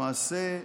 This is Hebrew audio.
למעשה,